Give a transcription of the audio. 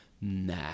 nah